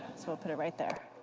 so we'll put it right there.